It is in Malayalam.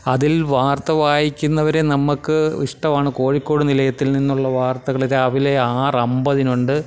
അതിൽ വാർത്ത വായിക്കുന്നവരെ നമ്മൾക്ക് ഇഷ്ടമാണ് കോഴിക്കോട് നിലയത്തിൽ നിന്നുള്ള വാർത്തകൾ രാവിലെ ആറ് അമ്പതിനുണ്ട്